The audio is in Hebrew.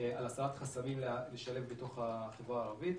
על הסרת חסמים לשלב בתוך החברה הערבית.